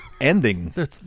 ending